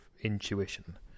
intuition